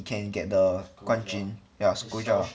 he can get the 冠军表示 yeah scojah